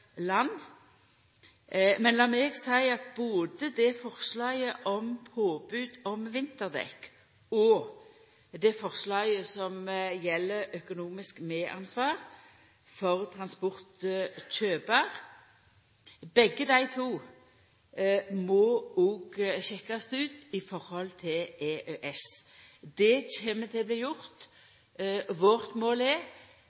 land, men lat meg seia at både forslaget om påbod om vinterdekk og forslaget som gjeld økonomisk medansvar for transportkjøpar, må sjekkast ut i forhold til EØS. Det kjem til å bli gjort. Vårt mål er